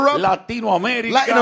Latinoamérica